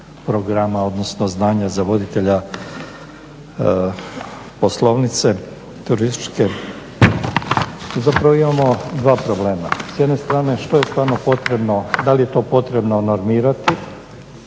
programa, odnosno znanja za voditelja poslovnice turističke, zapravo imamo dva problema. S jedne strane što je stvarno potrebno, da li je to potrebno normirati.